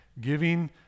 Giving